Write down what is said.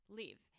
live